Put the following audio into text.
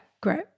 great